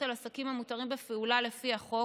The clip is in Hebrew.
על עסקים המותרים בפעולה לפי החוק,